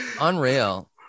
Unreal